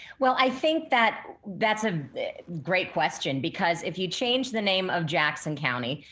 well, i think that that's a great question because if you change the name of jackson county,